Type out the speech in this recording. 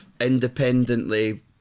independently